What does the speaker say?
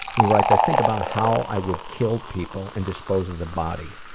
he writes, i think about how i would kill people and dispose of the body.